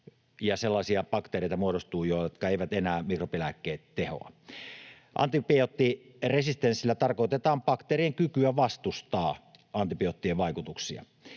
sellaisia bakteereita, joihin eivät enää mikrobilääkkeet tehoa. Antibioottiresistenssillä tarkoitetaan bakteerien kykyä vastustaa antibioottien vaikutuksia.